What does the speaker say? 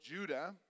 Judah